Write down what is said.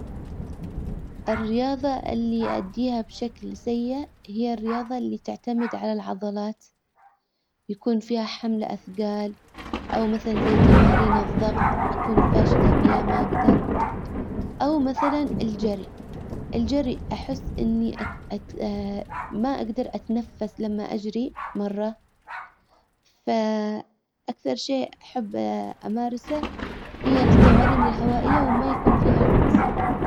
الرياضة اللي ااديها بشكل سئ هي الرياضة اللي تعتمد على العضلات يكون فيها حمل اثجال او مثلا زي تمارين الضغط اكون فاشلة فيها ما اجدر او مثلا الجرى الجري احس اني مااقدر اتنفس لما اجري مرة اكثر شيء احب امارسه هي التمارين الهوائية وما يكون فيها عنف.